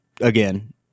again